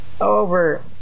Over